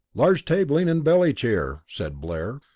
large tabling and belly cheer, said blair,